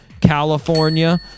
California